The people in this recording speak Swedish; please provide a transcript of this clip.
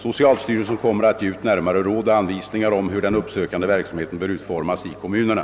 §Socialstyrelsen kommer att ge ut närmare råd och anvisningar om hur den uppsökande verksamheten bör utformas i kommunerna.